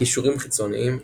קישורים חיצוניים ==